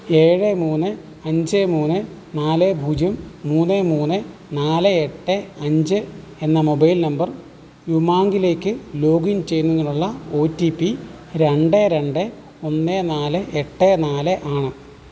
ഏഴ് മൂന്ന് അഞ്ച് മൂന്ന് നാല് പൂജ്യം മൂന്ന് മൂന്ന് നാല് എട്ട് അഞ്ച് എന്ന മൊബൈൽ നമ്പർ ഉമാങ്കിലേക്ക് ലോഗിൻ ചെയ്യുന്നതിനുള്ള ഒ ടി പി രണ്ട് രണ്ട് ഒന്ന് നാല് എട്ട് നാല് ആണ്